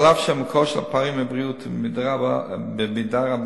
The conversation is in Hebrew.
אף שהמקור של הפערים בבריאות הוא במידה רבה